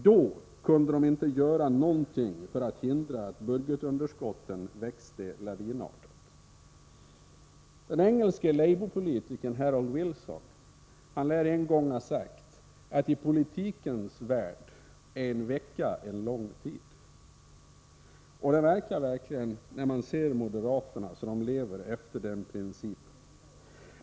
Då kunde de inte göra någonting för att hindra att budgetunderskotten växte lavinartat. Den engelske labourpolitikern Harold Wilson lär en gång ha sagt att i politikens värld är en vecka en lång tid. Det ser verkligen ut som om moderaterna levde efter den principen.